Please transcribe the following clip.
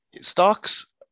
Stocks